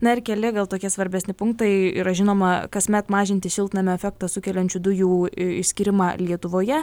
na ir keli gal tokie svarbesni punktai yra žinoma kasmet mažinti šiltnamio efektą sukeliančių dujų išskyrimą lietuvoje